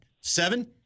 Seven